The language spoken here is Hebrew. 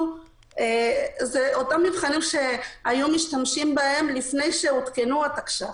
אלה אותם מבחנים שהיו משתמשים בהם לפני שהותקנו התקש"ח.